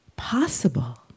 Possible